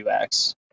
UX